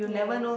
yes